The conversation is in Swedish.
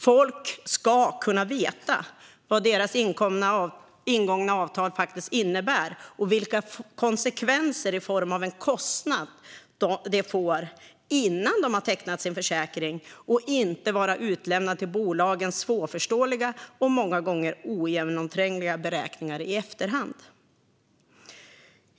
Folk ska kunna veta vad deras ingångna avtal innebär och vilka konsekvenser i form av kostnader de får innan de tecknar sin försäkring, inte vara utlämnade till bolagens svårförståeliga och många gånger ogenomträngliga beräkningar i efterhand.